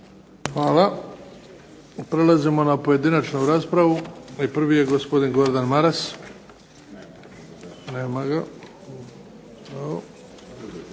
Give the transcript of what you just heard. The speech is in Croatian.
Hvala. Prelazimo na pojedinačnu raspravu. Prvi je gospodin Gordan Maras. Nema ga.